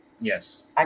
Yes